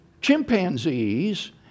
chimpanzees